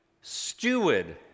steward